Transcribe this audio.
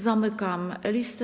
Zamykam listę.